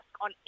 on